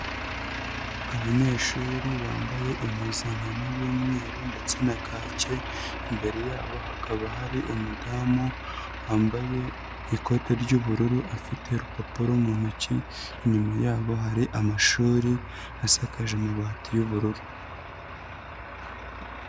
Abanyeshuri bambaye impuzankano y'umweru ndetse na kake, imbere yabo hakaba hari umudamu wambaye ikote ry'ubururu afite urupapuro mu ntoki, inyuma yabo hari amashuri asakaje amabati y'ubururu.